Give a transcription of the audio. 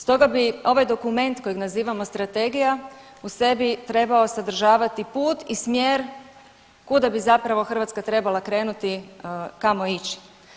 Stoga bi ovaj dokument kojeg nazivamo strategija u sebi trebao sadržavati put i smjer kuda bi zapravo Hrvatska trebala krenuti, kamo ići.